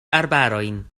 arbarojn